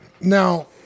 now